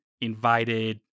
invited